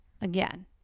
Again